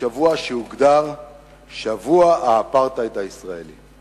בשבוע שהוגדר "שבוע האפרטהייד הישראלי".